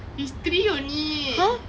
he's three only